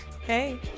Hey